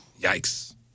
Yikes